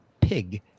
Pig